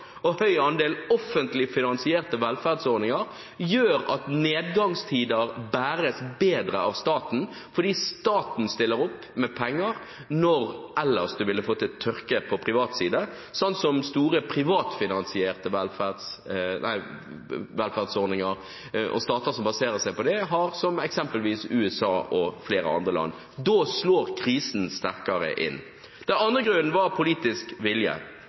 og høy andel offentlig finansierte velferdsordninger, gjør at nedgangstider bæres bedre av staten. Staten stiller opp med penger når en ellers ville fått tørke på privat side, slik som i eksempelvis USA og flere andre land som baserer seg på store privatfinansierte velferdsordninger. Da slår krisen sterkere inn. Den andre grunnen var politisk vilje.